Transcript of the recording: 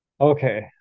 Okay